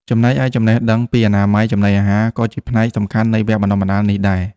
ចំណែកឯចំណេះដឹងពីអនាម័យចំណីអាហារក៏ជាផ្នែកសំខាន់នៃវគ្គបណ្ដុះបណ្ដាលនេះដែរ។